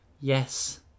Yes